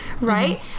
Right